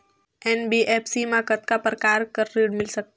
NBFC मा कतना प्रकार कर ऋण मिल सकथे?